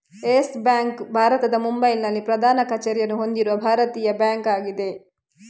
Yes Bank ಭಾರತದ ಮುಂಬೈನಲ್ಲಿ ಪ್ರಧಾನ ಕಚೇರಿಯನ್ನು ಹೊಂದಿರುವ ಭಾರತೀಯ ಬ್ಯಾಂಕ್ ಆಗಿದೆ